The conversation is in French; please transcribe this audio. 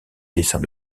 dessins